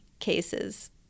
Cases